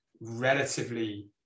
relatively